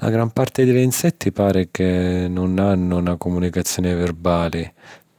La gran parti di l'insetti pari ca non hannu na cumunicazioni verbali